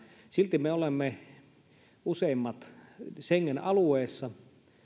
silti me olemme useimmat schengen alueessa